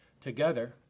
together